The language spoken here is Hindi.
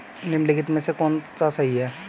निम्नलिखित में से कौन सा सही है?